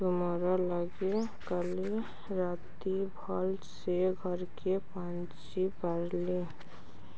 ତୁମର ଲାଗି କାଲି ରାତି ଭଲରେ ଘରେ ପହଞ୍ଚି ପାରିଲି